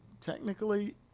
technically